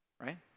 right